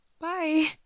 Bye